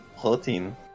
protein